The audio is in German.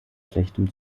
schlechtem